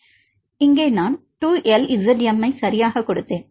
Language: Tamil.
இங்கே நான் 2LZM ஐ சரியாக கொடுத்தேன்